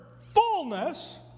fullness